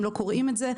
הם לא קוראים את זה,